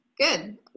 Good